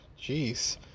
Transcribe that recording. jeez